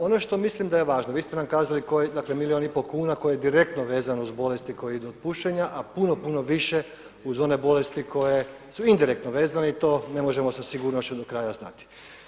Ono što mislim da je važno, vi ste nam kazali koji, dakle milijun i pol kuna koje je direktno vezano uz bolesti koje idu od pušenja, a puno, puno više uz one bolesti koje su indirektno vezane i to ne možemo sa sigurnošću do kraja znati.